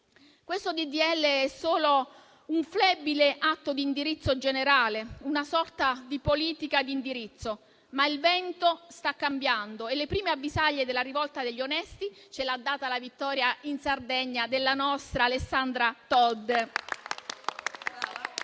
legge è solo un flebile atto di indirizzo generale, una sorta di politica di indirizzo, ma il vento sta cambiando e le prime avvisaglie della rivolta degli onesti ce le ha date la vittoria in Sardegna della nostra Alessandra Todde.